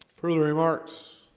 further remarks